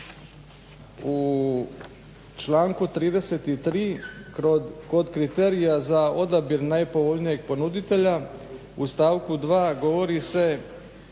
u članku 33. kod kriterija za odabir najpovoljnijeg ponuditelja u stavku 2. govori se